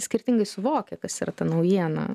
skirtingai suvokia kas yra ta naujiena